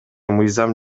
мыйзам